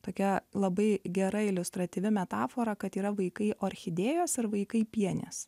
tokia labai gera iliustratyvi metafora kad yra vaikai orchidėjos ir vaikai pienės